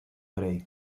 grey